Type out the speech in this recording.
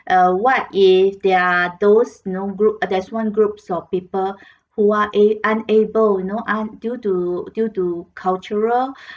uh what if they're those you know group there's one group of people who are a~ unable you know un~ due to due to cultural